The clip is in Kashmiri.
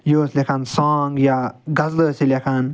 یہِ ٲس لیٚکھان سانٛگ یا غزلہٕ ٲس یہِ لیٚکھان